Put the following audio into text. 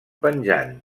penjant